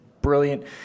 brilliant